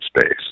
space